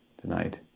tonight